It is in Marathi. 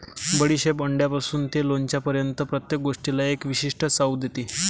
बडीशेप अंड्यापासून ते लोणच्यापर्यंत प्रत्येक गोष्टीला एक विशिष्ट चव देते